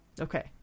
Okay